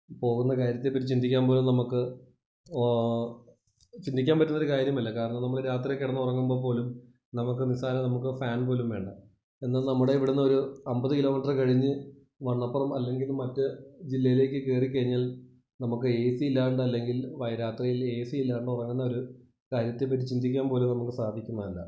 പോകുന്ന കാര്യത്തെ പറ്റി ചിന്തിക്കാന് പോലും നമ്മൾക്ക് ചിന്തിക്കാൻ പറ്റുന്ന ഒരു കാര്യമല്ല കാരണം നമ്മൾ രാത്രി കിടന്നു ഉറങ്ങുമ്പോൾ പോലും നമുക്ക് നിസ്സാരം നമ്മൾക്ക് ഫാന് പോലും വേണ്ട എന്നാൽ നമ്മുടെ ഇവിടെ നിന്ന് ഒരു അമ്പത് കിലോമീറ്റർ കഴിഞ്ഞു വണ്ണപ്പറം അല്ലെങ്കില് മറ്റ് ജില്ലയിലേക്ക് കയറി കഴിഞ്ഞാല് നമുക്ക് ഏ സി ഇല്ലാതെ അല്ലെങ്കില് രാത്രിയിൽ ഏ സി ഇല്ലാതെ ഉറങ്ങുന്ന ഒരു കാര്യത്തെ പറ്റി ചിന്തിക്കാൻ പോലും നമുക്ക് സാധിക്കുന്നതല്ല